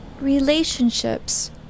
relationships